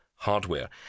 hardware